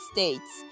States